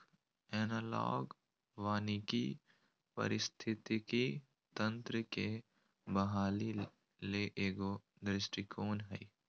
analogue वानिकी पारिस्थितिकी तंत्र के बहाली ले एगो दृष्टिकोण हइ